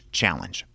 challenge